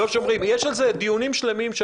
יש על זה דיונים שלמים.